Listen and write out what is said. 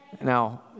Now